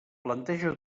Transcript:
planteja